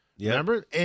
Remember